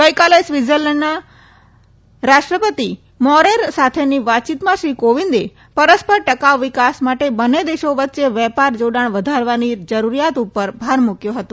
ગઈકાલે સ્વેત્ઝરલેન્ડના રાષ્ટ્રપતિ મોરેર સાથેની વાતયીતમાં શ્રી કોવિંદે પરસ્પર ટકાઉ વિકાસ માટે બંને દેશો વચ્ચે વેપાર જાડાણ વધારવાની જરૂરીયાત ઉપર ભાર મુકચો હતો